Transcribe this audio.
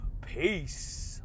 Peace